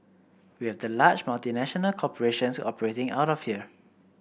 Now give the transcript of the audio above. we have the large multinational corporations operating out of here